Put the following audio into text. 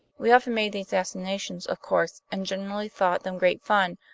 we often made these assignations, of course, and generally thought them great fun,